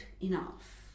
enough